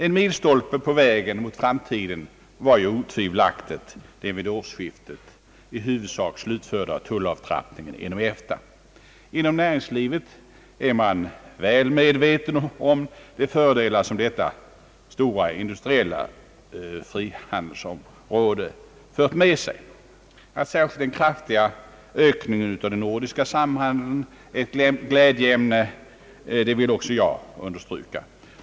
En milstolpe på vägen mot framtiden var otvivelaktigt den vid årsskiftet i huvudsak slutförda tullavtrappningen i EFTA. Inom näringslivet är man väl medveten om de fördelar som detta stora industriella frihandelsområde fört med sig. Att särskilt den kraftiga ökningen av den nordiska samhandeln är ett glädjeämne vill också jag understryka.